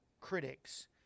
critics